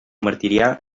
martirià